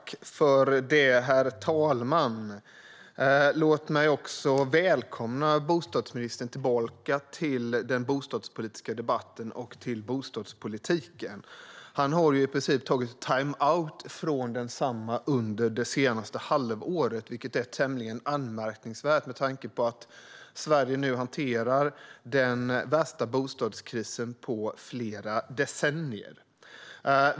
Herr talman! Låt mig välkomna bostadsministern tillbaka till den bostadspolitiska debatten och till bostadspolitiken. Han har i princip tagit timeout från densamma under det senaste halvåret, vilket är tämligen anmärkningsvärt med tanke på att Sverige nu hanterar den värsta bostadskrisen på flera decennier.